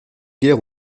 guère